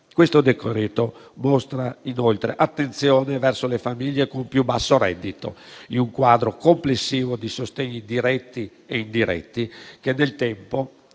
esame mostra inoltre attenzione verso le famiglie a più basso reddito, in un quadro complessivo di sostegni diretti e indiretti che nel tempo